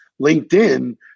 LinkedIn